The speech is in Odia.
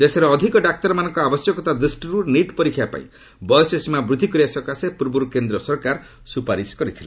ଦେଶରେ ଅଧିକ ଡାକ୍ତରମାନଙ୍କ ଆବଶ୍ୟକତା ଦୂଷ୍ଟିରୁ ନିଟ୍ ପରୀକ୍ଷା ପାଇଁ ବୟସସୀମା ବୃଦ୍ଧି କରିବା ସକାଶେ ପୂର୍ବରୁ କେନ୍ଦ୍ର ସରକାର ସୁପାରିଶ କରିଥିଲେ